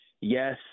yes